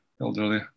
elderly